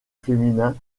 féminin